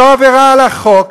זו עבירה על החוק,